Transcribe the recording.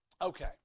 Okay